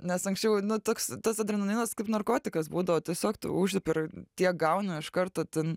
nes anksčiau nu toks tas adrenalinas kaip narkotikas būdavo tiesiog tu užlipi ir tiek gauni iš karto ten